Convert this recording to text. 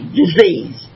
disease